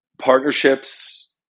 Partnerships